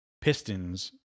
Pistons